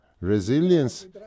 Resilience